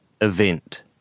Event